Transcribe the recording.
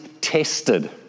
tested